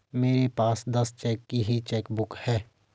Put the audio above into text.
मेरे पास दस चेक की ही चेकबुक है